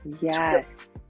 Yes